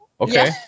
okay